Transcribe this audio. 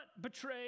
betray